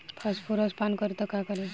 Phosphorus पान करी त का करी?